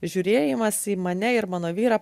žiūrėjimas į mane ir mano vyrą